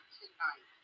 tonight